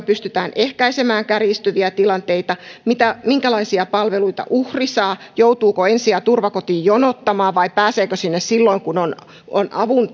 pystytään ehkäisemään kärjistyviä tilanteita minkälaisia palveluita uhri saa joutuuko ensi ja turvakotiin jonottamaan vai pääseekö sinne silloin kun on on avun